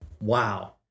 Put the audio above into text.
Wow